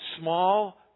small